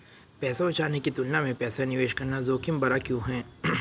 पैसा बचाने की तुलना में पैसा निवेश करना जोखिम भरा क्यों है?